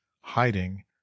hiding